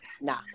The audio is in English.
Nah